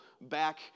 back